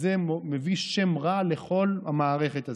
אז זה מביא שם רע לכל המערכת הזו.